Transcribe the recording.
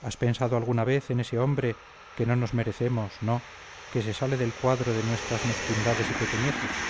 has pensado alguna vez en ese hombre que no nos merecemos no que se sale del cuadro de nuestras mezquindades y pequeñeces